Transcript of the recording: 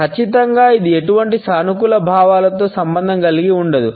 ఖచ్చితంగా ఇది ఎటువంటి సానుకూల భావాలతో సంబంధం కలిగి ఉండదు